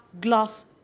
glass